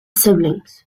siblings